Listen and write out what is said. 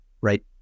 right